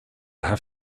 have